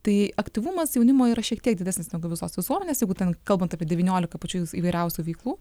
tai aktyvumas jaunimo yra šiek tiek didesnis negu visos visuomenės jeigu ten kalbant apie devyniolika pačių įvairiausių veiklų